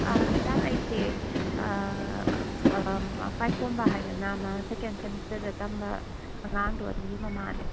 ꯑꯥ madam ꯑꯩꯁꯦ ꯄꯥꯏꯈꯣꯝꯕ ꯍꯥꯏꯗꯅ ꯑꯃ ꯁꯦꯀꯦꯟ ꯁꯦꯃꯦꯁꯇꯔꯗ ꯇꯝꯕ ꯑꯉꯥꯡꯗꯣ ꯑꯗꯨꯒꯤ ꯃꯃꯥꯅꯤ